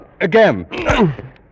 Again